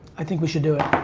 i think we should do it.